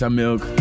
milk